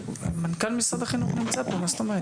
מנכ"ל משרד החינוך נמצא פה, מה זאת אומרת?